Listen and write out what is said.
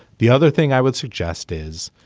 the other thing i would suggest is